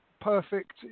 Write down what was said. perfect